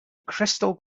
crystal